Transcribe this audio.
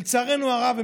לצערנו הרב,